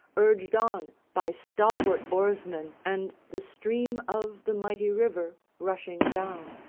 urged on by stalwart oarsmen, and the stream of the mighty river rushing down.